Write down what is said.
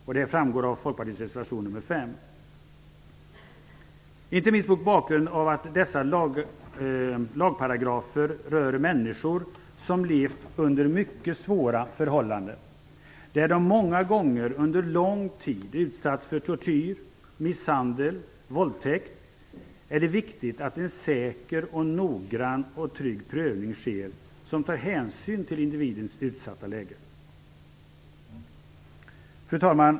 Detta framgår av Inte minst mot bakgrund av att dessa lagparagrafer rör människor som levt under mycket svåra förhållanden, där de många gånger under lång tid utsatts för tortyr, misshandel och våldtäkt, är det viktigt att det sker en säker, noggrann och trygg prövning som tar hänsyn till individens utsatta läge. Fru talman!